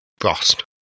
frost